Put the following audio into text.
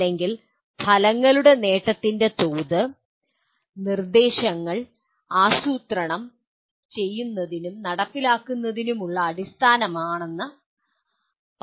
അല്ലെങ്കിൽ ഫലങ്ങളുടെ നേട്ടത്തിന്റെ തോത് നിർദ്ദേശങ്ങൾ ആസൂത്രണം ചെയ്യുന്നതിനും നടപ്പിലാക്കുന്നതിനുമുള്ള അടിസ്ഥാനമാണെന്ന് പറയുക